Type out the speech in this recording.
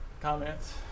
comments